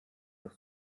das